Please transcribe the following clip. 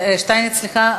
שטַייניץ, סליחה.